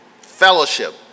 Fellowship